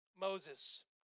Moses